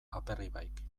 aperribaik